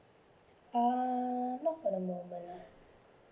ah not for the moment la